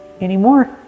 anymore